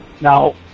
Now